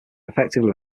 effectively